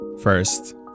First